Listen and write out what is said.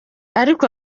ariko